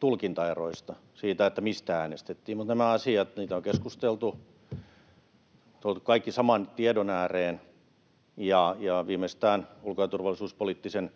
tulkintaeroista, siitä, mistä äänestettiin. Mutta näistä asioista on keskusteltu, tuotu kaikki saman tiedon ääreen, ja viimeistään ulko‑ ja turvallisuuspoliittisen